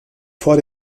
vor